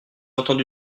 entendu